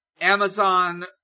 Amazon